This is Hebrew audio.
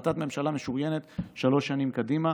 בהחלטת ממשלה משוריינת שלוש שנים קדימה,